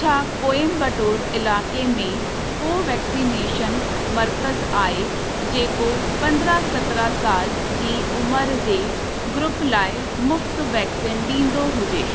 छा कोयंबतूर इलाइक़े में को वैक्सीनेशन मर्कज़ आहे जेको पंद्रहं सत्रहं साल जी उमिरि जे ग्रुप लाइ मुफ़्त वैक्सीन ॾींदो हुजे